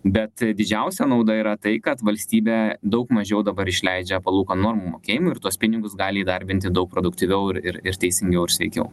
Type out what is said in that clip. bet didžiausia nauda yra tai kad valstybė daug mažiau dabar išleidžia palūkanų normų mokėjimui ir tuos pinigus gali įdarbinti daug produktyviau ir ir ir teisingiau ir sveikiau